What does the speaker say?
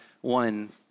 one